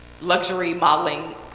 luxury-modeling